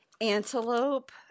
antelope